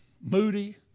moody